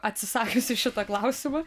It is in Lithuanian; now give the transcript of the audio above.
atsisakius į šitą klausimą